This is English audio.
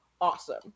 awesome